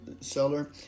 Seller